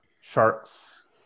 sharks